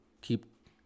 keep